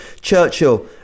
churchill